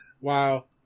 Wow